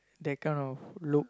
that kind of look